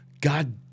God